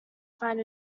find